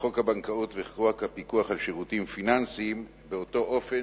את חוק הבנקאות ואת חוק הפיקוח על שירותים פיננסיים באותו אופן